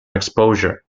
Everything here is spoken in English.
exposure